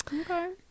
Okay